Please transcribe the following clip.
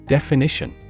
Definition